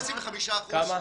לא 25 אחוזים.